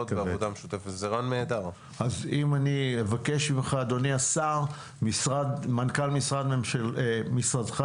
80 מיליון שקלים עמדו שנים, ושנים שלא ניצלו אותם.